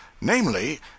namely